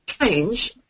change